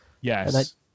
Yes